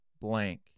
blank